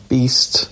Beast